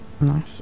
Nice